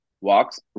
Walks